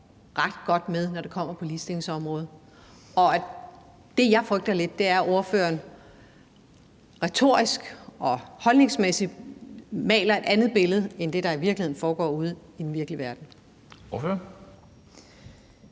ret godt med, når det kommer til ligestillingsområdet? Det, jeg frygter lidt, er, at ordføreren retorisk og holdningsmæssigt maler et andet billede end det, der i virkeligheden foregår ude i den virkelige verden.